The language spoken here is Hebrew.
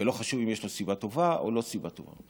ולא חשוב אם יש לו סיבה טובה או לא סיבה טובה.